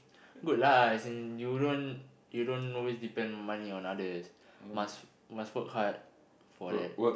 good lah as in you don't you don't always depend money on others must must work hard for that